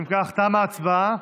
אם כך, תמה ההצבעה.